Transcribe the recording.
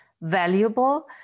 valuable